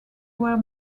were